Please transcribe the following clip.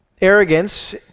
Arrogance